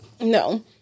No